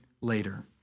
later